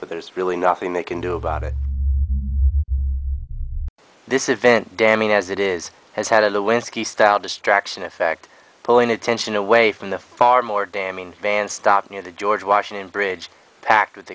but there's really nothing they can do about it this event damning as it is has had a lewinsky style distraction effect pulling attention away from the far more damning van stopped near the george washington bridge packed with